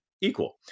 equal